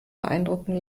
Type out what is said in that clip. beeindrucken